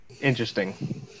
Interesting